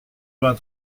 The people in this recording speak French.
vingt